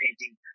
painting